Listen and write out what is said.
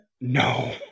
No